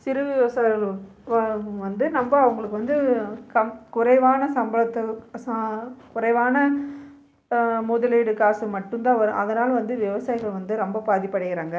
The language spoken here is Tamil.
சிறு விவசாயிகள் வந்து நம்ப அவர்களுக்கு வந்து கம் குறைவான சம்பளத்து குறைவான முதலீடு காசு மட்டும்தான் வரும் அதனால் வந்து விவசாயிகள் வந்து ரொம்ப பாதிப்படைகிறாங்க